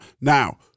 Now